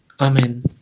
Amen